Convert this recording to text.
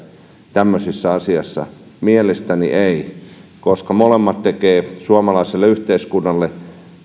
tämmöisessä asiassa mielestäni ei koska molemmat tekevät suomalaiselle yhteiskunnalle